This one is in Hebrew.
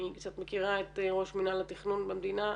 אני קצת מכירה את ראש מנהל התכנון במדינה,